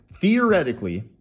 theoretically